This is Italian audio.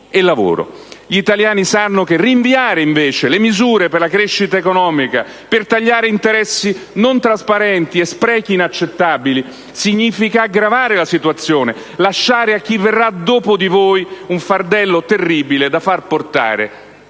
Gli italiani sanno che rinviare le misure per la crescita economica, per tagliare interessi non trasparenti e sprechi inaccettabili, significa aggravare la situazione, lasciare a chi verrà dopo di voi un fardello terribile da far portare